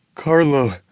Carlo